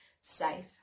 safe